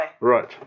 Right